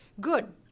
good